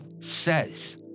says